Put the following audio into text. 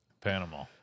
Panama